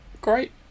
great